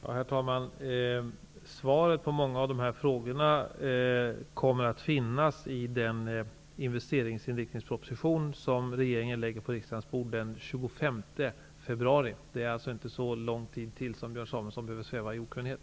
Herr talman! Svar på många av de frågor som ställs kommer att återfinnas i den investeringsinriktningsproposition som regeringen lägger på riksdagens bord den 25 februari. Det är alltså inte särskilt lång tid till som Björn Samuelson behöver sväva i okunnighet.